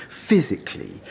physically